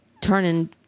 turning